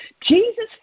Jesus